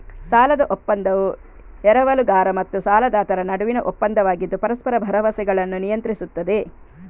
ಸಾಲದ ಒಪ್ಪಂದವು ಎರವಲುಗಾರ ಮತ್ತು ಸಾಲದಾತರ ನಡುವಿನ ಒಪ್ಪಂದವಾಗಿದ್ದು ಪರಸ್ಪರ ಭರವಸೆಗಳನ್ನು ನಿಯಂತ್ರಿಸುತ್ತದೆ